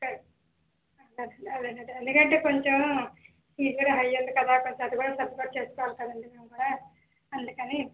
సరే అదేనండి అదేనండి ఎందుకనంటే కొంచం ఫీజు కూడా హై ఉంది కదా కొంచం అది కూడా సపోర్ట్ చేసుకోవాలి కదండీ అందుమూలన అందుకని